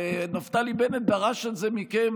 נפתלי בנט דרש את זה מכם,